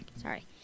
Sorry